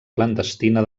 clandestina